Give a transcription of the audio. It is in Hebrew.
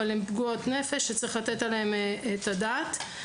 אבל הן פגועות נפש שצריך לתת עליהם את הדעת.